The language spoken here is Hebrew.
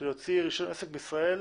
שלהוציא רישיון עסק בישראל